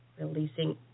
releasing